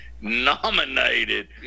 nominated